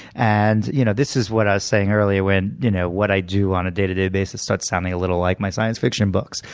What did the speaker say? and you know this is what i was saying earlier, when you know what i do on a day-to-day basis starts sounding a little like my science fiction and books.